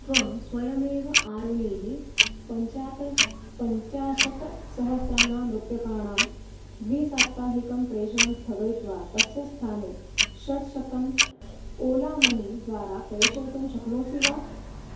त्वं स्वयमेव आरुणेः पञ्चाशत् पञ्चाशत्सहस्त्राणां रूप्यकाणां द्विसाप्ताहिकं प्रेषणं स्थगयित्वा तस्य स्थाने षट्शतम् ओला मनी द्वारा प्रेषयितुं शक्नोषि वा